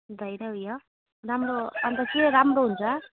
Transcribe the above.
दही र उयो राम्रो अन्त के हो राम्रो हुन्छ